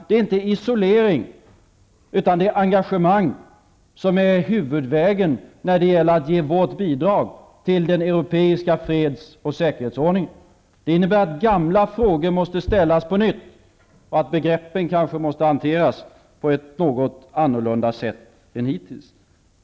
Det är inte isolering utan det är engagemang som är huvudvägen när det gäller att ge vårt bidrag till den europeiska freds och säkerhetsordningen. Det innebär att gamla frågor måste ställas på nytt och att begreppen kanske måste hanteras på ett något annorlunda sätt än hittills.